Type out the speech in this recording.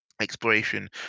exploration